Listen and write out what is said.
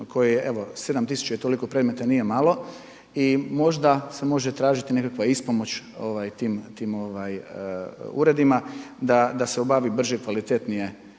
koji su, evo 7 tisuća i toliko predmeta nije malo, i možda se može tražiti nekakva ispomoć tim uredima da se obavi brže i kvalitetnije